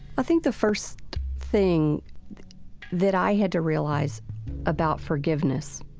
i think the first thing that i had to realize about forgiveness